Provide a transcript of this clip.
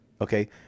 okay